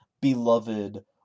beloved